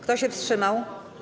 Kto się wstrzymał?